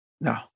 No